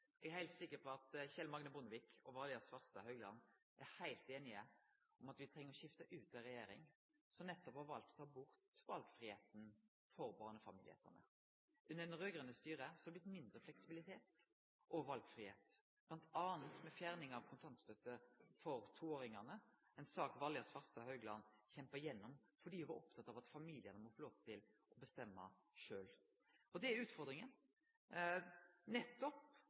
Eg er heilt sikker på at Kjell Magne Bondevik og Valgerd Svarstad Haugland er heilt einige i at me treng å skifte ut ei regjering som har valt å ta bort valfridommen for barnefamiliane. Under det raud-grøne styret er det blitt mindre fleksibilitet og valfridom, bl.a. med fjerning av kontantstøtte for toåringane, ei sak Valgerd Svarstad Haugland kjempa igjennom fordi ho var oppteken av at familiane må få lov til å bestemme sjølve. Og det er utfordringa. Nettopp